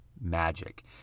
Magic